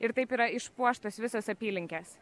ir taip yra išpuoštos visos apylinkės